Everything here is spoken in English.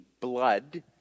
blood